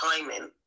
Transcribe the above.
timing